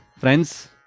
friends